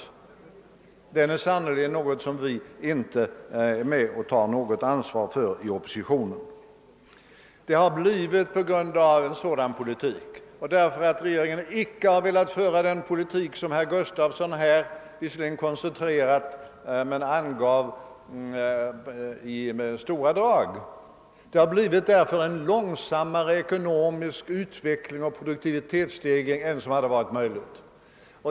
Detta är sannerligen ingenting som vi inom oppositionen tar något ansvar för. Läget har blivit sådant på grund av den politik som regeringen har fört och för att regeringen inte har velat föra en sådan politik som herr Gustafson i Göteborg mycket koncentrerat angav. Det har blivit en långsammare ekonomisk utveckling och produktivitetsstegring än som hade varit möjlig.